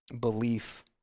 Belief